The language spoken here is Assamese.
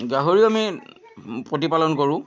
গাহৰি আমি প্ৰতিপানল কৰোঁ